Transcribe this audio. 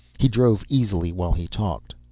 he drove easily while he talked.